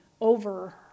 over